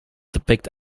depict